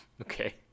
Okay